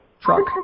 truck